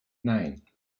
nein